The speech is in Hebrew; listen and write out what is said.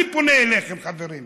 אני פונה אליכם, חברים,